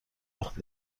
وخت